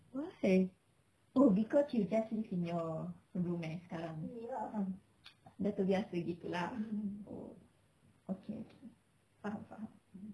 why oh because you just live in your room eh sekarang dah terbiasa gitu lah oh okay okay faham faham